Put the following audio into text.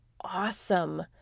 awesome